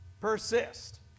persist